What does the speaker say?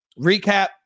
recap